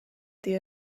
the